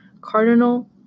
Cardinal